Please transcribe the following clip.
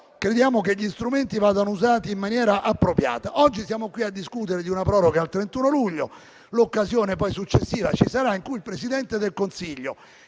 crediamo che gli strumenti vadano usati in maniera appropriata. Oggi siamo qui a discutere di una proroga al 31 luglio; ci sarà, poi, l'occasione successiva in cui Presidente del Consiglio